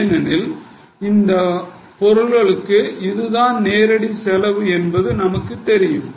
ஏனெனில் இந்தப் பொருளுக்கு இதுதான் நேரடி செலவு என்பது நமக்குத் தெரியும்